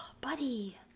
buddy